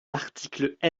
l’article